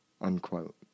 Unquote